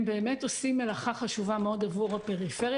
הם באמת עושים מלאכה חשובה מאוד עבור הפריפריה.